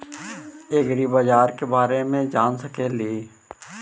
ऐग्रिबाजार के बारे मे जान सकेली?